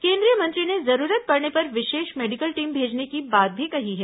केन्द्रीय मंत्री ने जरूरत पड़ने पर विशेष मेडिकल टीम भेजने की बात भी कही है